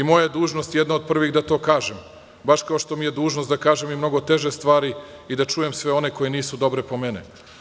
Moja je dužnost, jedna od prvih, da to kažem, baš kao što mi je dužnost da kažem i mnogo teže stvari i da čujem sve one koje nisu dobre po mene.